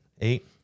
Eight